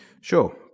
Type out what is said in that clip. Sure